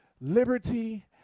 liberty